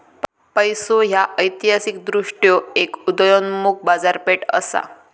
पैसो ह्या ऐतिहासिकदृष्ट्यो एक उदयोन्मुख बाजारपेठ असा